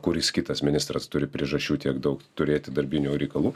kuris kitas ministras turi priežasčių tiek daug turėti darbinių reikalų